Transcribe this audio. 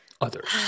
others